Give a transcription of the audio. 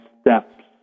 steps